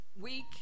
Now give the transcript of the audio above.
week